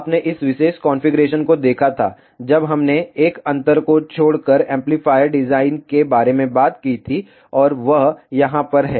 आपने इस विशेष कॉन्फ़िगरेशन को देखा था जब हमने 1 अंतर को छोड़कर एम्पलीफायर डिज़ाइन के बारे में बात की थी और वह यहाँ पर है